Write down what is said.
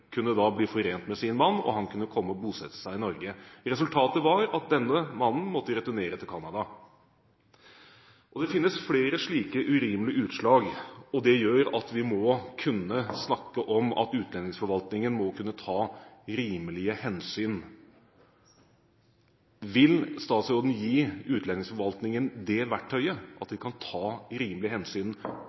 kunne bli forent med sin mann og han kunne komme og bosette seg i Norge. Resultatet var at denne mannen måtte returnere til Canada. Det finnes flere slike urimelige utslag. Det gjør at vi må kunne snakke om at utlendingsforvaltningen må kunne ta rimelige hensyn. Vil statsråden gi utlendingsforvaltningen det verktøyet, slik at de kan ta rimelige hensyn